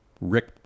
Rick